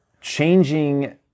changing